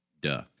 Duh